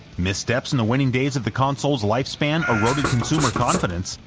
mis-steps in the waning days of the console's lifespan eroded consumer confidence,